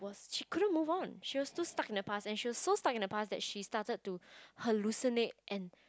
was she couldn't move on she was too stuck in the past and she was so stuck in the past that she started to hallucinate and